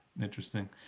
interesting